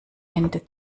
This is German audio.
ende